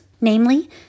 Namely